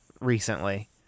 recently